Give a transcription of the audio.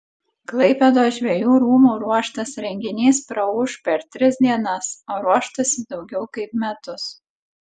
klaipėdos žvejų rūmų ruoštas renginys praūš per tris dienas o ruoštasi daugiau kaip metus